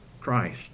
Christ